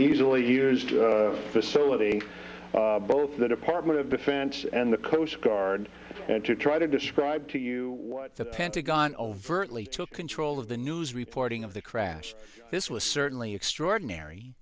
is the facility the department of defense and the coast guard and to try to describe to you what the pentagon overtly took control of the news reporting of the crash this was certainly extraordinary